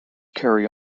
carry